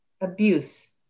abuse